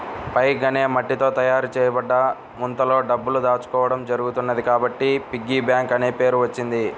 pig అనే మట్టితో తయారు చేయబడ్డ ముంతలో డబ్బులు దాచుకోవడం జరుగుతున్నది కాబట్టి పిగ్గీ బ్యాంక్ అనే పేరు వచ్చింది